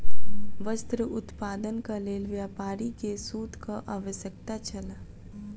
वस्त्र उत्पादनक लेल व्यापारी के सूतक आवश्यकता छल